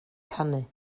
canu